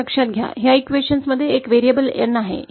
आणि लक्षात घ्या की या समीकरणात एक व्हेरिएबल N आहे